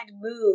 move